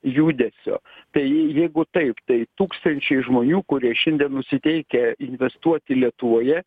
judesio tai jeigu taip tai tūkstančiai žmonių kurie šiandien nusiteikę investuoti lietuvoje